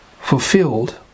fulfilled